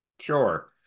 Sure